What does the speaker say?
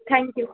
thank you